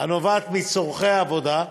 הנובעת מצורכי העבודה,